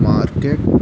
market